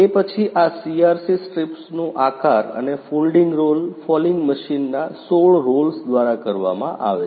તે પછી આ સીઆરસી સ્ટ્રીપ્સનું આકાર અને ફોલ્ડિંગ રોલ ફોલિંગ મશીનના 16 રોલ્સ દ્વારા કરવામાં આવે છે